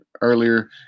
earlier